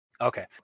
Okay